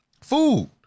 Food